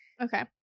Okay